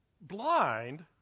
blind